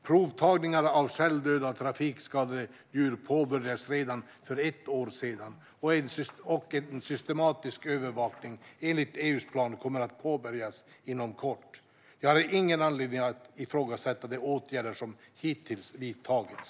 Provtagning av självdöda och trafikskadade djur påbörjades redan för ett år sedan, och en systematisk övervakning enligt EU:s plan kommer att påbörjas inom kort. Jag har ingen anledning att ifrågasätta de åtgärder som hittills vidtagits.